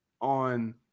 on